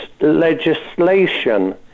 legislation